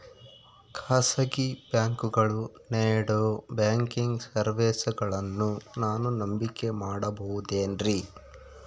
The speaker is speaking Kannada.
ಖಾಸಗಿ ಬ್ಯಾಂಕುಗಳು ನೇಡೋ ಬ್ಯಾಂಕಿಗ್ ಸರ್ವೇಸಗಳನ್ನು ನಾನು ನಂಬಿಕೆ ಮಾಡಬಹುದೇನ್ರಿ?